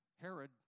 Herod